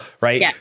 Right